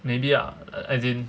maybe ah as in